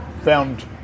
found